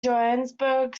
johannesburg